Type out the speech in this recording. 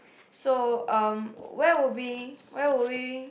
so um where would be where would we